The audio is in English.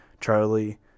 Charlie